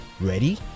Ready